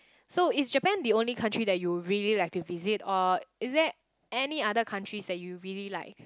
so is Japan the only country you like to visit or is that any other country that you really like